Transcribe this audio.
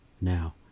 now